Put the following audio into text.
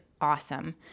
awesome